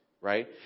right